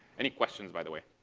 any questions, by the way,